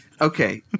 Okay